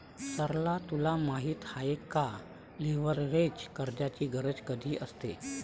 सरला तुला माहित आहे का, लीव्हरेज कर्जाची गरज कधी असते?